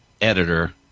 editor